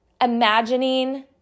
imagining